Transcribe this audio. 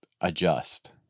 adjust